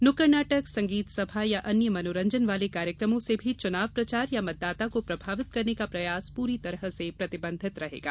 नुक्कड़ नाटक संगीत सभा या अन्य मनोरंजन वाले कार्यक्रमों से भी चुनाव प्रचार या मतदाता को प्रभावित करने का प्रयास पूरी तरह से प्रतिबंधित रहेगा